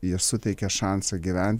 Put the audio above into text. jie suteikia šansą gyvent